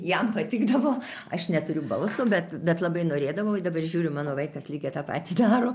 jam patikdavo aš neturiu balso bet bet labai norėdavau dabar žiūriu mano vaikas lygiai tą patį daro